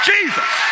Jesus